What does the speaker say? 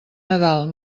nadal